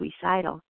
suicidal